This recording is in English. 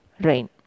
rain